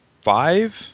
five